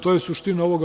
To je suština ovoga.